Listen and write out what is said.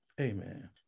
Amen